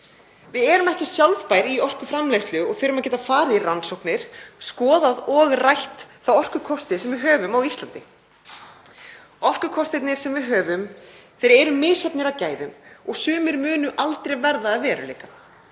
Við erum ekki sjálfbær í orkuframleiðslu og þurfum að geta farið í rannsóknir, skoðað og rætt þá orkukosti sem við höfum á Íslandi. Orkukostirnir sem við höfum eru misjafnir að gæðum og sumir munu aldrei verða að veruleika.